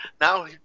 now